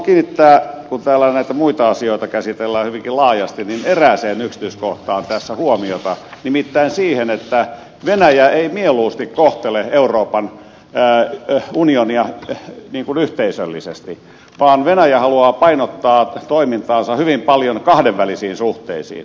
kun täällä näitä muita asioita käsitellään hyvinkin laajasti niin haluan kiinnittää erääseen yksityiskohtaan tässä huomiota nimittäin siihen että venäjä ei mieluusti kohtele euroopan unionia yhteisöllisesti vaan venäjä haluaa painottaa toimintaansa hyvin paljon kahdenvälisiin suhteisiin